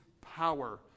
power